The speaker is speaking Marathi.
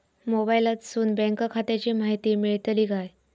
मोबाईलातसून बँक खात्याची माहिती मेळतली काय?